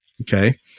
Okay